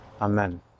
amen